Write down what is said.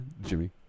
Jimmy